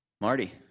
Marty